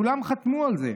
כולם חתמו על זה.